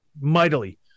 mightily